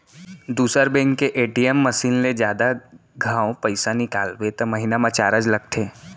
दूसर बेंक के ATM machine ले जादा घांव पइसा निकालबे त महिना म चारज लगथे